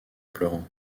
pleurant